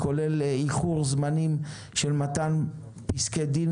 זה כולל איחור זמנים של מתן פסקי דין,